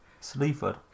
Sleaford